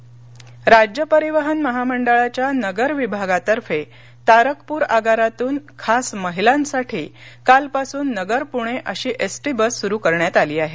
बससेवा राज्य परिवहन महामंडळाच्या नगर विभागातर्फे तारकपूर आगारातून खास महिलांसाठी कालपासून नगर पुणे अशी एसटी बस सुरू करण्यात आली आहे